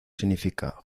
significa